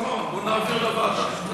בואו נעביר לוועדה.